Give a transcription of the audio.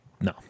No